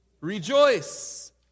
Rejoice